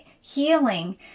healing